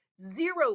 zero